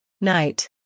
Night